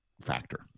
factor